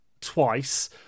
twice